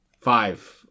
Five